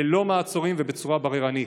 ללא מעצורים ובצורה בררנית.